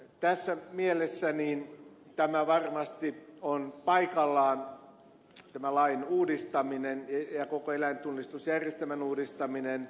tässä mielessä lain uudistaminen on varmasti paikallaan ja koko eläintunnistusjärjestelmän uudistaminen